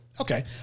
Okay